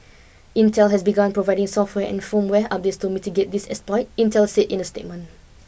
Intel has begun providing software and firmware updates to mitigate these exploits Intel said in a statement